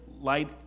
light